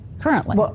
currently